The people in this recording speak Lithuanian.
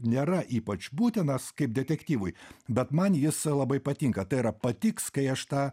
nėra ypač būtinas kaip detektyvui bet man jis labai patinka tai yra patiks kai aš tą